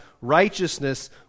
righteousness